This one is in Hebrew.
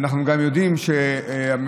אנחנו גם יודעים שהממשלה,